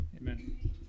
Amen